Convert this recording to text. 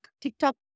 TikTok